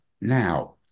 now